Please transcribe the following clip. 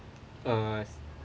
uh